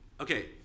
okay